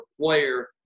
player